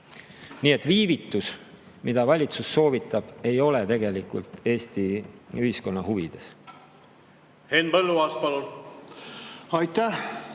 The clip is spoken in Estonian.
Nii et viivitus, mida valitsus soovitab, ei ole tegelikult Eesti ühiskonna huvides. Valitsus